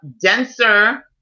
denser